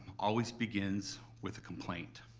always begins with a complaint.